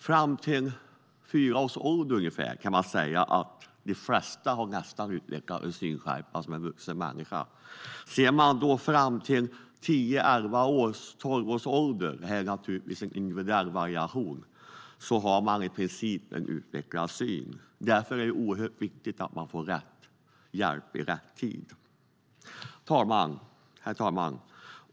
Från födseln fram till ungefär 4 års ålder har de flesta utvecklat en synskärpa nästan som hos en vuxen. Vid 10, 11 eller 12 års ålder - det finns naturligtvis individuella variationer - har man i princip fullt utvecklad syn. Därför är det oerhört viktigt att man får rätt hjälp i rätt tid. Herr talman!